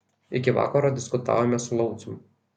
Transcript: iki vakaro diskutavome su laucium